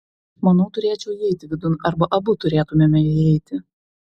manau turėčiau įeiti vidun arba abu turėtumėme įeiti